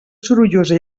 sorollosa